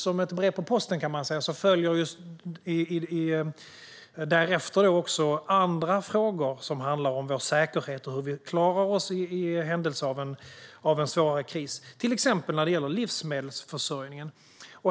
Som ett brev på posten följer därpå även andra frågor som handlar om vår säkerhet och hur vi klarar oss i händelse av en svårare kris, till exempel när det gäller livsmedelsförsörjningen.